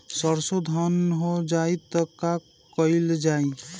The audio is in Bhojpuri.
सरसो धन हो जाई त का कयील जाई?